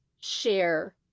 share